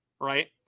right